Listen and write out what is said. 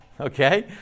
Okay